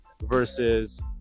versus